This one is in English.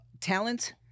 talent